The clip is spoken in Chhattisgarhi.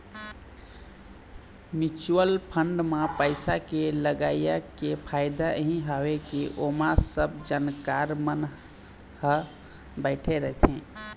म्युचुअल फंड म पइसा के लगई के फायदा यही हवय के ओमा सब जानकार मन ह बइठे रहिथे